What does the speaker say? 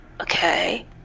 okay